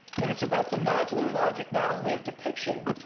and it's about the modular logic, not only of depiction,